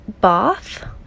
bath